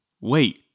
Wait